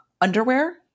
underwear